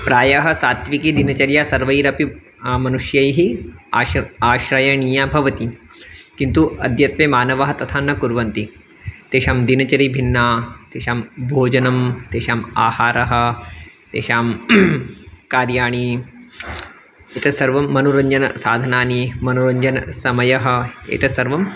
प्रायः सात्विकी दिनचर्या सर्वैरपि मनुष्यैः आश्र आश्रयणीया भवति किन्तु अद्यत्वे मानवाः तथा न कुर्वन्ति तेषां दिनचरी भिन्ना तेषां भोजनं तेषाम् आहारः तेषां कार्याणि एतत् सर्वं मनोरञ्जनसाधनानि मनोरञ्जनसमयः एतत् सर्वम्